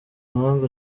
mahanga